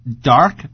dark